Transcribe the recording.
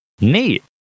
Neat